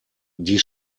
die